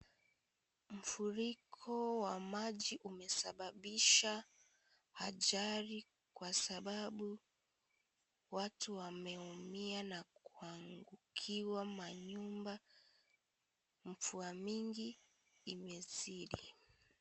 Mfuriko wa maji umesababisha ajali kwa sababu watu wameumia na kuangukiwa manyumba, mvua mingi imezidi.